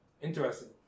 Interesting